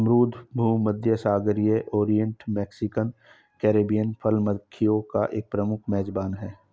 अमरूद भूमध्यसागरीय, oriental, Mexican और कैरिबियन फल मक्खियों का एक प्रमुख मेजबान है